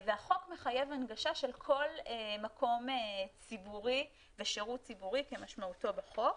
והחוק מחייב הנגשה של כל מקום ציבורי ושירות ציבורי כמשמעותו בחוק.